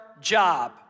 job